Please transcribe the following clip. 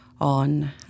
on